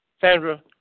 Sandra